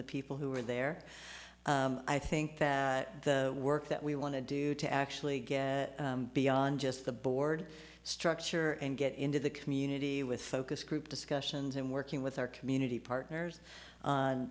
the people who were there i think that the work that we want to do to actually get beyond just the board structure and get into the community with focus group discussions and working with our community partners